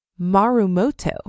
Marumoto